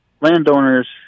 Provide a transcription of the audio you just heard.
landowners